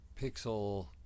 pixel